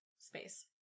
space